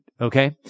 Okay